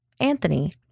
Anthony